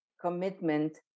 commitment